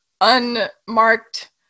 unmarked